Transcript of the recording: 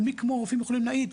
ומי כמו הרופאים יכולים להעיד,